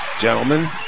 gentlemen